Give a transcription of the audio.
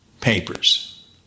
papers